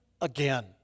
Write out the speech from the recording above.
Again